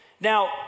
Now